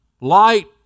light